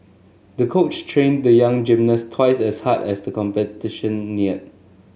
the coach trained the young gymnast twice as hard as the competition neared